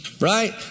Right